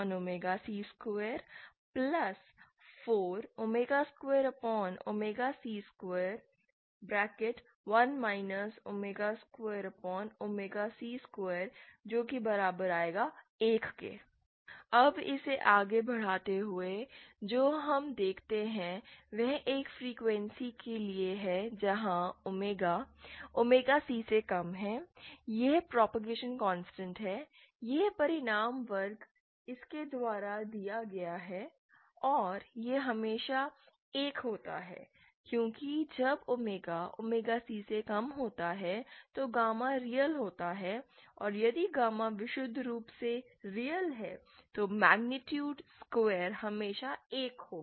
e21 22c2242c21 2c21 अब इसे आगे बढ़ाते हुए जो हम देखते हैं वह एक फ्रीक्वेंसी के लिए है जहां ओमेगा ओमेगा C से कम है यह प्रॉपगैजेशन कॉन्स्टेंट है यह परिमाण वर्ग इसके द्वारा दिया गया है और यह हमेशा एक होता है क्योंकि जब ओमेगा ओमेगा C से कम होता है तो गामा रियल होता है और यदि गामा विशुद्ध रूप से रियल है तो मेग्नीट्यूड स्क्वायर हमेशा एक होगा